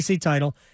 title